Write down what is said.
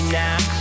now